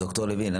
ד"ר לוין,